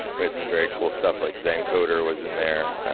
we had some very cool stuff, like zancoder was in there.